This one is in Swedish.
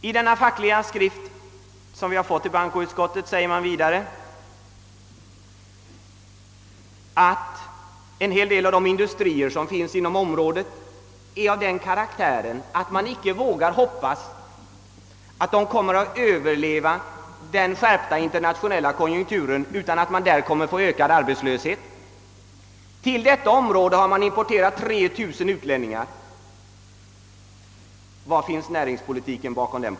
I den fackliga skrift, som vi fick till bankoutskottet, heter det vidare att en del av de industrier som finns inom området har den karaktären, att de inte vågar hoppas på att man kommer att överleva den skärpta internationella konjunkturen. Man kommer att få ökad arbetslöshet. Till detta område har dock importerats 3000 utlänningar! Var finns näringspolitiken?